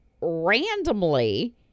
randomly